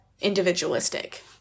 individualistic